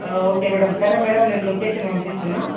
okay madam సరే madam నేను location పంపిస్తున్నాను